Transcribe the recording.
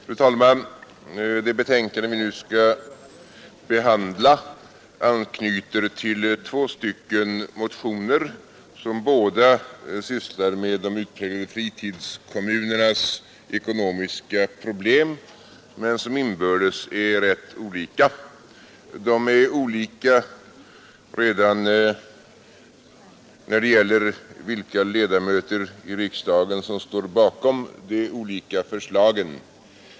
Fru talman! Det betänkande som nu skall behandlas anknyter till två motioner som båda sysslar med de utpräglade fritidskommunernas ekonomiska problem men som inbördes är rätt olika. De är olika redan när det gäller vilka ledamöter i riksdagen som står bakom de olika förslagen.